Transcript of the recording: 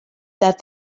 that